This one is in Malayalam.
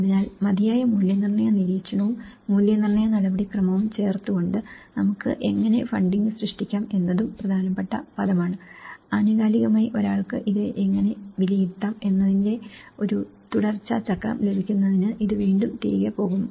അതിനാൽ മതിയായ മൂല്യനിർണ്ണയ നിരീക്ഷണവും മൂല്യനിർണ്ണയ നടപടിക്രമവും ചേർത്തുകൊണ്ട് നമുക്ക് എങ്ങനെ ഫണ്ടിംഗ് സൃഷ്ടിക്കാം എന്നതും പ്രധാനപ്പെട്ട പദമാണ് ആനുകാലികമായി ഒരാൾക്ക് ഇത് എങ്ങനെ വിലയിരുത്താം എന്നതിന്റെ ഒരു തുടർച്ച ചക്രം ലഭിക്കുന്നതിന് ഇത് വീണ്ടും തിരികെ പോകുന്നു